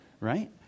right